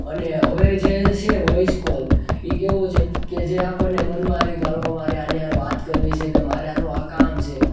અને હવે જે છે વોઇસ કોલ એ કેવું છે કે જે આપણને જે મનમાં આવી કે ચાલો અમારે આની હારે વાત કરવી છે કે મારે આનું આ કામ છે